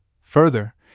Further